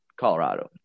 Colorado